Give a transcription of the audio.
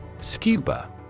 SCUBA